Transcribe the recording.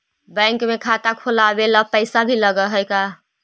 Bank में खाता खोलाबे ल पैसा भी लग है का?